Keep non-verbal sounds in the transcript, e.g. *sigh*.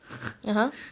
*laughs*